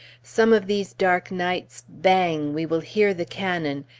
some of these dark nights, bang! we will hear the cannon,